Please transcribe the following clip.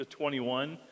21